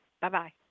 Bye-bye